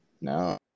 No